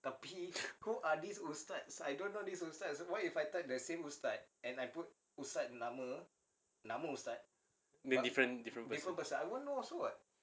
then different different person